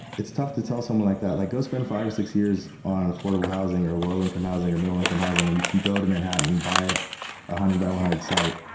it's tough to tell someone like that, like go spend five or six years on affordable housing, or low income housing, or middle income housing, when you can go to manhattan, buy one ah hundred by one hundred site,